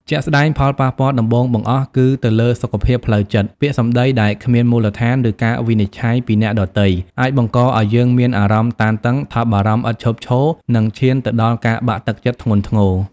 ជាក់ស្ដែង ផលប៉ះពាល់ដំបូងបង្អស់គឺទៅលើសុខភាពផ្លូវចិត្ត ពាក្យសម្ដីដែលគ្មានមូលដ្ឋាន ឬការវិនិច្ឆ័យពីអ្នកដទៃអាចបង្កឱ្យយើងមានអារម្មណ៍ តានតឹង ថប់បារម្ភឥតឈប់ឈរ និងឈានទៅដល់ការបាក់ទឹកចិត្ត ធ្ងន់ធ្ងរ។